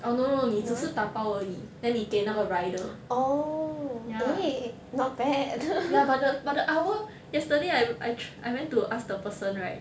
oh no no no 你只是打包而已 then 你给那个 rider ya ya but the but the hour yesterday I I I went to ask the person right